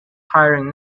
hiring